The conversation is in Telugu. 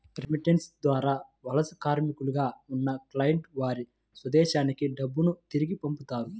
రెమిటెన్స్ ద్వారా వలస కార్మికులుగా ఉన్న క్లయింట్లు వారి స్వదేశానికి డబ్బును తిరిగి పంపుతారు